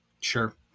Sure